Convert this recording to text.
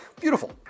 Beautiful